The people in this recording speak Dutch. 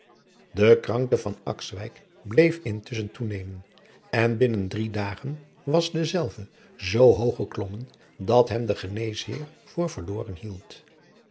de krankte van akswijk bleef intusschen toenemen en binnen drie dagen was dezelve zoo hoog geklommen dat hem de geneesheer voor verloren hield